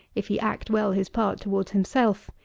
if he act well his part towards himself,